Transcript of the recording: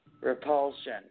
repulsion